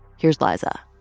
here's liza